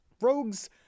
rogues